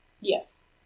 Yes